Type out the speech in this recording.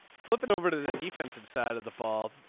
flipping over to the defensive side of the ball.